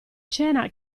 cena